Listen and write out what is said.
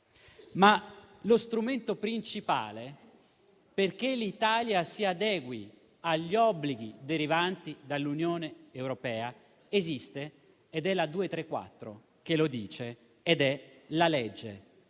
ma lo strumento principale perché l'Italia si adegui agli obblighi derivanti dall'Unione europea esiste ed è la legge,